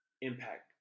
impact